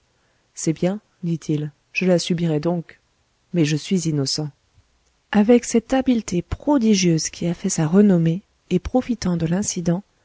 c'est bien dit-il je la subirai donc mais je suis innocent avec cette habileté prodigieuse qui a fait sa renommée et profitant de l'incident